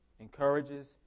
encourages